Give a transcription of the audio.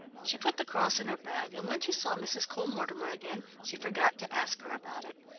she put the cross in her bag, and when she saw mrs. cole-mortimer again she forgot to ask her about it.